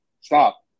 Stop